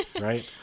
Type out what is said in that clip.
right